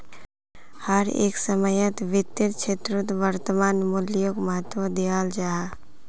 हर एक समयेत वित्तेर क्षेत्रोत वर्तमान मूल्योक महत्वा दियाल जाहा